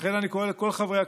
63,